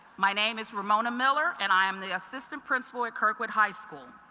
my name is ramona miller and i am the assistant principal at kirkwood high school.